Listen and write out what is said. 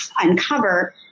uncover